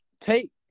take